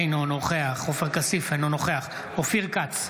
אינו נוכח עופר כסיף, אינו נוכח אופיר כץ,